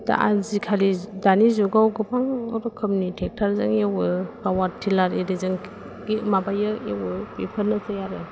दा आजिखालि जु दानि जुगाव गोबां रोखोमनि ट्रेक्टारजों एवो पावार टिलार एरिजों माबायो एवो बेफोरनोसै आरो